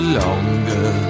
longer